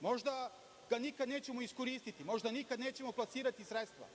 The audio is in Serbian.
Možda ga nikada nećemo iskoristiti, možda nikada nećemo plasirati sredstva,